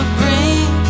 bring